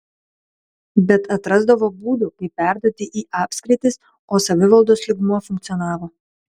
bet atrasdavo būdų kaip perduoti į apskritis o savivaldos lygmuo funkcionavo